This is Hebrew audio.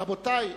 רבותי.